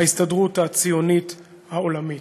ההסתדרות הציונית העולמית,